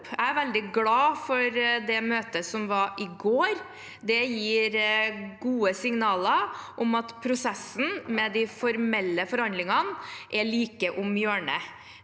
Jeg er veldig glad for det møtet som var i går. Det gir gode signaler om at prosessen med de formelle forhandlingene er like om hjørnet.